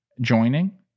joining